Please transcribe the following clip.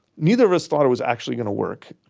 neither of us thought it was actually going to work.